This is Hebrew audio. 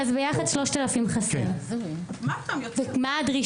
להלן תרגומם: ביחד חסרים 3,000. מה הדרישה?)